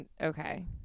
Okay